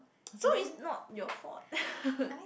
so it's not your fault